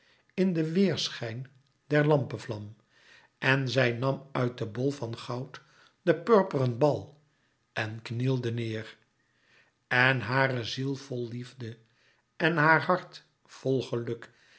in den weêrschijn der lampevlam en zij nam uit de bol van goud den purperen bal en knielde neêr en hare ziel vl liefde en haar hart vl geluk